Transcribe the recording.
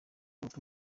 urupfu